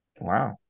Wow